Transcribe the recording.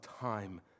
time